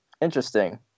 Interesting